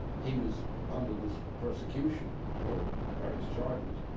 he was under this persecution for various charges,